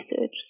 research